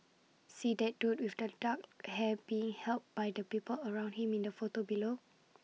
see that dude with the dark hair being helped by the people around him in the photo below